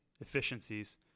efficiencies